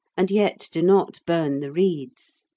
and yet do not burn the reeds.